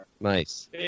Nice